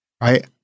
right